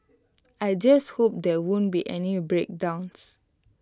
I just hope there won't be any breakdowns